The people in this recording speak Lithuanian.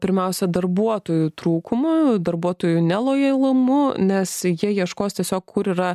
pirmiausia darbuotojų trūkumu darbuotojų nelojalumu nes jie ieškos tiesiog kur yra